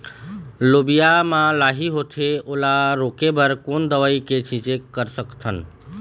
लोबिया मा लाही होथे ओला रोके बर कोन दवई के छीचें कर सकथन?